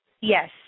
Yes